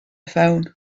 phone